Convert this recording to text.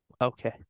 Okay